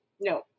no